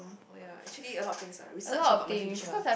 oh ya actually a lot of things lah research about my future